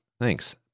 Thanks